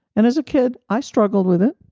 and as a kid, i struggled with it.